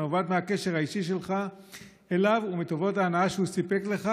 הנובעת מהקשר האישי שלך אליו ומטובות ההנאה שהוא סיפק לך,